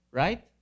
right